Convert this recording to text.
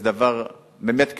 זה דבר באמת קשה.